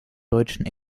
deutschen